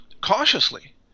cautiously